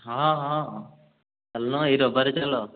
ହଁ ହଁ ଚାଲୁନ ଏହି ରବିବାର ଚାଲ